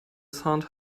saint